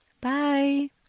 bye